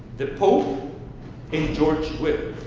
the pope and george will.